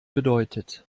bedeutet